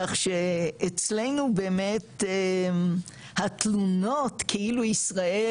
כך שאצלנו באמת התלונות כאילו ישראל